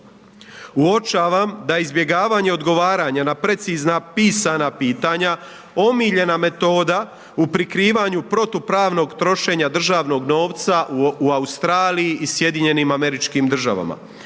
Uočavam da je izbjegavanje odgovaranja na precizna pisana pitanja, omiljena metoda u prikrivanje protupravnog trošenja državnog novca u Australiji i SAD-u. Naime, u okviru